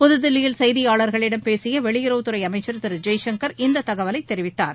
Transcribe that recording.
புதுதில்லியில் செய்தியாளரிடம் பேசிய வெளியுறவுத் துறை அமைச்சர் திரு ஜெய்சங்கர் இந்தத் தகவலை தெரிவித்தார்